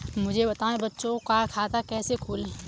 मुझे बताएँ बच्चों का खाता कैसे खोलें?